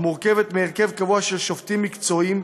המורכבת מהרכב קבוע של שופטים מקצועיים,